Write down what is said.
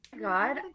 god